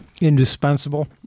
indispensable